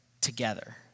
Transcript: together